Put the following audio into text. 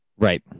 right